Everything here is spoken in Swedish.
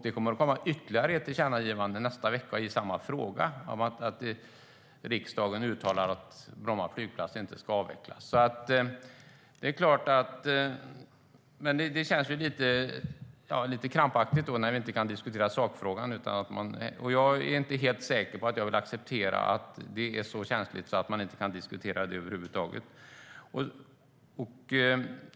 Det kommer ytterligare ett tillkännagivande nästa vecka i samma fråga, där riksdagen uttalar att Bromma flygplats inte ska avvecklas. Det är klart att det känns lite krampaktigt när vi inte kan diskutera sakfrågan. Jag är inte helt säker på att jag vill acceptera att det är så känsligt att man inte kan diskutera det över huvud taget.